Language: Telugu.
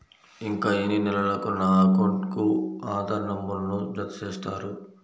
ఇంకా ఎన్ని నెలలక నా అకౌంట్కు ఆధార్ నంబర్ను జత చేస్తారు?